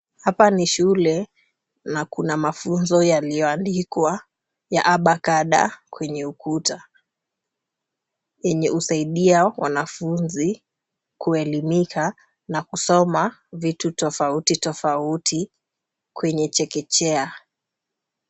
Hapa ni shule na kuna mafunzo yaliyoandikwa ya a, b, c, d, kwenye ukuta, yenye husaidia wanafunzi kuelimika na kusoma vitu tofauti tofauti kwenye chekechea.